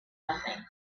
nothing